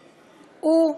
הוא,